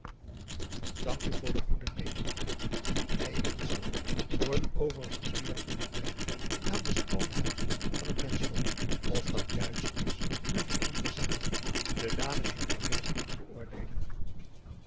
dank u voor de goede meening die eigenschap wordt overigens meer toegekend aan de schoone helft van het menschdom of dat juist is durf ik niet te zeggen de dames zullen dat beter kunnen beoordeelen